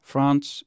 France